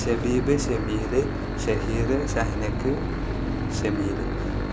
ഷബീബ് ഷമീൽ ഷഹീർ ഷഹനക്ക് ഷമീൽ